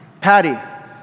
Patty